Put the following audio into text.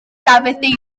dafydd